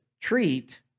treat